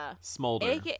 Smolder